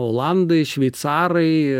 olandai šveicarai